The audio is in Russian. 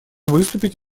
выступить